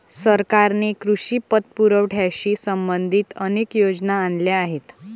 सरकारने कृषी पतपुरवठ्याशी संबंधित अनेक योजना आणल्या आहेत